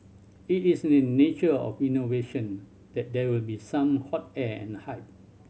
it is in the nature of innovation that there will be some hot air and hype